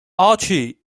archived